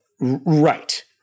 Right